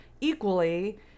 equally